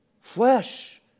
Flesh